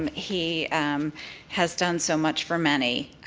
um he has done so much for many.